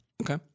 Okay